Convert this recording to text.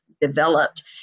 developed